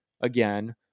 again